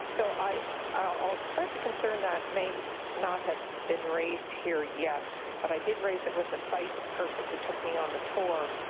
so i i will express a concern that may not have been raised here yet, but i did raise it with the site person who took me on the tour.